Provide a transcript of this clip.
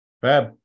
Fab